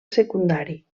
secundari